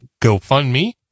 GoFundMe